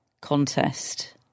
contest